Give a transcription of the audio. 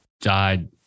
died